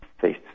faith